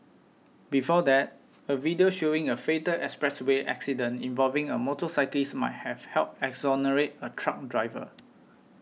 before that a video showing a fatal expressway accident involving a motorcyclist might have helped exonerate a truck driver